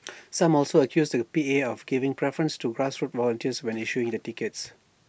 some also accused the P A of giving preference to grassroots volunteers when issuing the tickets